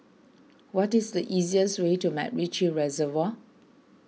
what is the easiest way to MacRitchie Reservoir